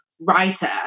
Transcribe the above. writer